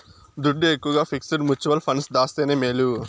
దుడ్డు ఎక్కవగా fixed mutual funds దాస్తేనే మేలు